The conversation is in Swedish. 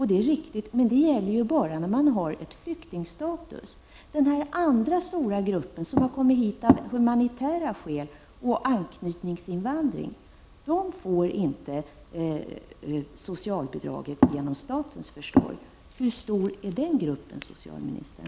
Det är riktigt, men det gäller bara de personer som har flyktingstatus. Den andra stora gruppen som har kommit hit av humanitära skäl eller är anknytningsinvandrare får inte socialbidrag genom statens försorg. Hur stor är den gruppen, socialministern?